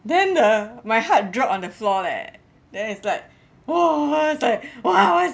then the my heart dropped on the floor leh then it's like all of us like !wah! what's